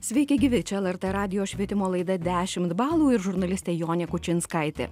sveiki gyvi čia lrt radijo švietimo laida dešimt balų ir žurnalistė jonė kučinskaitė